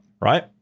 right